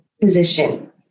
position